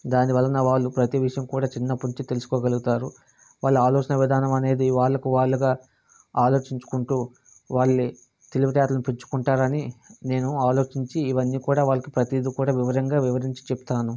దాని వలన వాళ్ళు ప్రతి విషయం కూడా చిన్నప్పటినుంచి తెలుసుకోగలుగుతారు వాళ్ళ ఆలోచన విధానం అనేది వాళ్ళకు వాళ్ళుగా ఆలోచించుకుంటూ వాళ్ళ తెలివితేటలు పెంచుకుంటారని నేను ఆలోచించి ఇవన్నీ కూడా వారికి ప్రతీది కూడా వివరంగా వివరించి చెబుతాను